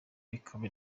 ikaba